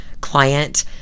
client